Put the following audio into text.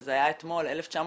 שזה היה אתמול, 1948,